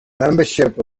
membership